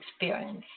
experience